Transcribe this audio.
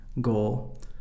goal